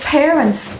parents